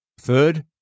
Third